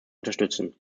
unterstützen